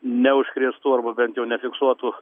neužkrėstų arba bent jau nefiksuotų